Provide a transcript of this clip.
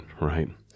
right